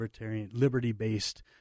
liberty-based